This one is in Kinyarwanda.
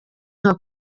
nka